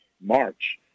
March